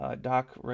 Doc